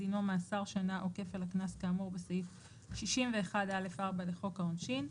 דינו מאסר שנה או כפל הקנס כאמור בסעיף 61(א)(4) לחוק העונשין,